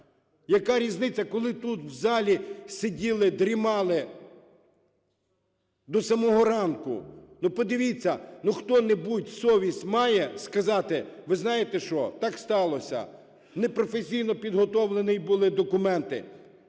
Яка різниця, коли тут в залі сиділи, дрімали до самого ранку. Ну, подивіться, ну, хто-небудь совість має сказати: ви знаєте що, так сталося, непрофесійно підготовлені були документи.